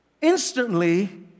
Instantly